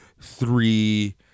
three